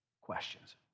questions